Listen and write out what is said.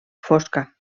fosca